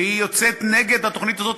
והיא יוצאת נגד התוכנית הזו.